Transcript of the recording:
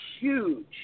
huge